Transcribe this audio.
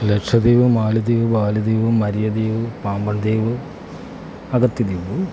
ലക്ഷദ്വീപ് മാലിദ്വീപ് ബാലിദ്വീപ് മരിയദ്വീപ് പാമ്പൻദ്വീപ് അഗത്തിദ്വീപ്